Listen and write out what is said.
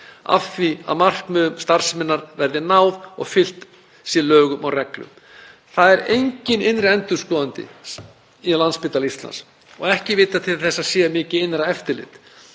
að því að markmiðum starfseminnar verði náð og fylgt sé lögum og reglum.“ Það er enginn innri endurskoðandi á Landspítalanum og ekki vitað til þess að það sé mikið innra eftirlit.